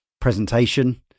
presentation